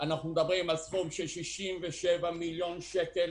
אנחנו מדברים על סכום של 67 מיליון שקל